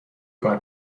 کار